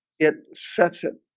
it sets it